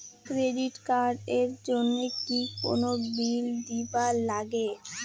Credit card এর জন্যে কি কোনো বিল দিবার লাগে?